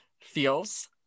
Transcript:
feels